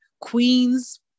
Queens